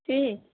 fees